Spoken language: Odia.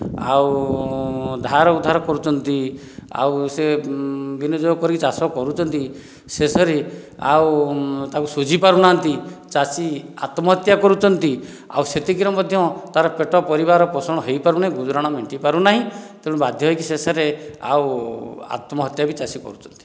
ଆଉ ଧାର ଉଦ୍ଧାର କରୁଛନ୍ତି ଆଉ ସେ ବିନିଯୋଗ କରିକି ଚାଷ କରୁଛନ୍ତି ଶେଷରେ ଆଉ ତାକୁ ଶୁଝି ପାରୁନାହାନ୍ତି ଚାଷୀ ଆତ୍ମହତ୍ୟା କରୁଛନ୍ତି ଆଉ ସେତିକିରେ ମଧ୍ୟ ତାର ପେଟ ପରିବାର ପୋଷଣ ହୋଇପାରୁନି ଗୁଜୁରାଣ ମେଣ୍ଟି ପାରୁନାହିଁ ତେଣୁ ବାଧ୍ୟ ହୋଇକି ଶେଷରେ ଆଉ ଆତ୍ମହତ୍ୟା ବି ଚାଷୀ କରୁଛନ୍ତି